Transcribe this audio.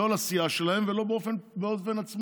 לא בסיעה שלהם ולא באופן עצמאי.